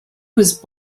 was